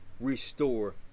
restore